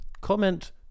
Comment